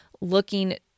looking